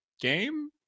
game